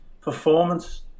performance